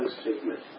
statement